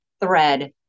thread